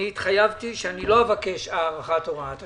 התחייבתי שאני לא אבקש הארכת הוראת השעה.